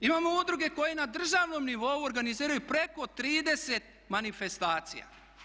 Imamo udruge koje na državnom nivou organiziraju preko 30 manifestacija.